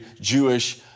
Jewish